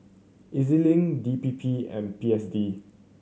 E Z Link D P P and P S D